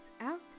out